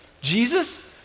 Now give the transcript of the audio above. Jesus